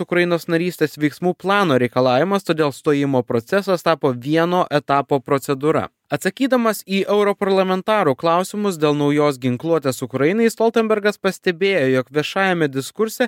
ukrainos narystės veiksmų plano reikalavimas todėl stojimo procesas tapo vieno etapo procedūra atsakydamas į europarlamentarų klausimus dėl naujos ginkluotės ukrainai stoltenbergas pastebėjo jog viešajame diskurse